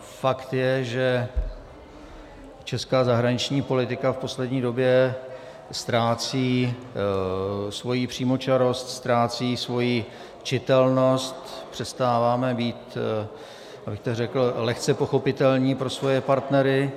Fakt je, že česká zahraniční politika v poslední době ztrácí svoji přímočarost, ztrácí svoji čitelnost, přestáváme být, abych tak řekl, lehce pochopitelní pro svoje partnery.